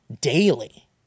daily